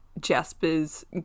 Jasper's